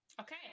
Okay